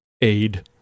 aid